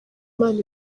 imana